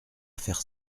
faire